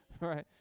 Right